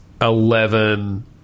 Eleven